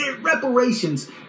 reparations